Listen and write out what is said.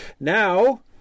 now